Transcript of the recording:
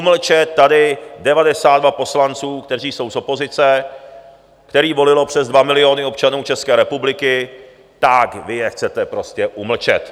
Umlčet tady 92 poslanců, kteří jsou z opozice, který volilo přes dva miliony občanů České republiky, tak vy je chcete prostě umlčet.